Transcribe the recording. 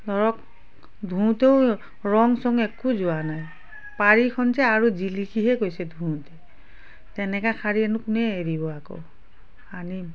ধৰক ধোওঁতেও ৰং চং একো যোৱা নাই পাৰিখন যে আৰু জিলিকিহে গৈছে ধোওঁতে তেনেকুৱা শাৰী আৰু কোনে এৰিব আকৌ আনিম